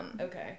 Okay